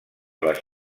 les